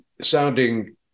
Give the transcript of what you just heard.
sounding